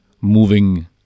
moving